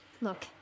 Look